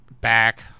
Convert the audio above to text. back